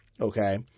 Okay